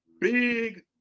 big